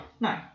No